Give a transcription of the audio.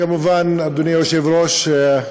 כמובן, אדוני היושב-ראש,